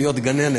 להיות גננת.